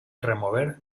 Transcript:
remover